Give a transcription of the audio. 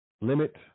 limit